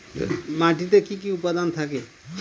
মাটিতে কি কি উপাদান থাকে?